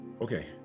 okay